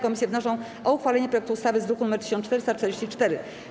Komisje wnoszą o uchwalenie projektu ustawy z druku nr 1444.